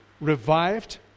revived